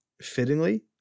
fittingly